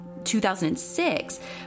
2006